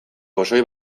pozoi